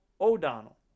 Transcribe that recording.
O'Donnell